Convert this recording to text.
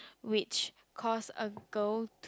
which cause a girl